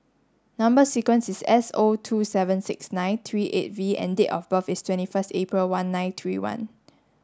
number sequence is S O two seven six nine three eight V and date of birth is twenty first April one nine three one